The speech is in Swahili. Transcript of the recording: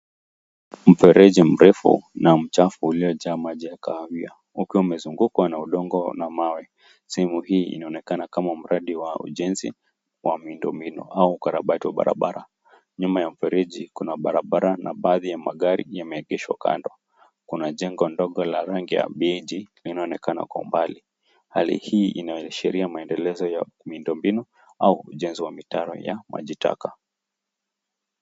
Mfereji mrefu na mchafu uliojaa maji ya kahawia, ukiwa umezungukwa na udongo na mawe. Sehemu hii inaonekana kama mradi wa ujenzi wa miundombinu au ukarabati wa barabara. Nyuma ya mfereji, kuna barabara na baadhi ya magari yameegeshwa kando. Kuna jengo ndogo la rangi ya beige linaloonekana kwa mbali. Hali hii inaashiria maendelezo ya miundombinu au ujenzi wa mitaro ya majitaka.